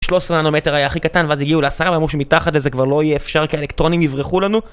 13 ננומטר היה הכי קטן ואז הגיעו לעשרה ואמרו שמתחת לזה כבר לא יהיה אפשר כי האלקטרונים יברחו לנו